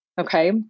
Okay